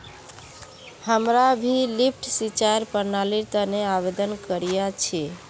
हमरा भी लिफ्ट सिंचाईर प्रणालीर तने आवेदन करिया छि